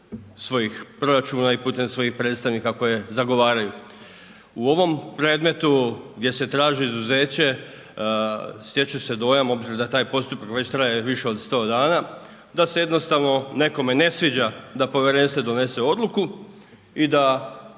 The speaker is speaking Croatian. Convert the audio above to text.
svojih proračuna i putem svojih predstavnika koje zagovaraju. U ovom predmetu gdje se traži izuzeće, stječe se dojam, obzirom da taj postupak već traje više od 100 dana, da se jednostavno nekome ne sviđa da povjerenstvo donese odluku i da